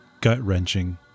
gut-wrenching